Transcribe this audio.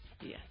Yes